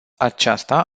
aceasta